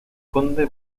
conde